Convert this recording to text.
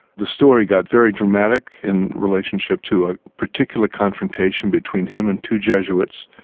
the story got very dramatic in relationship to a particular confrontation between him and two jesuits,